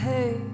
Hey